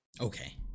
Okay